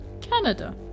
Canada